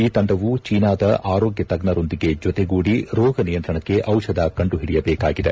ಈ ತಂಡವು ಚೀನಾದ ಆರೋಗ್ಯ ತಜ್ಜರೊಂದಿಗೆ ಜೊತೆಗೂಡಿ ರೋಗ ನಿಯಂತ್ರಣಕ್ಕೆ ಔಷಧ ಕಂಡುಹಿಡಿಯಬೇಕಾಗಿದೆ